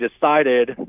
decided